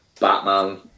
Batman